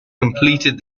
completed